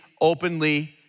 openly